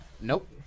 Nope